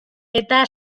eta